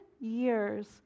years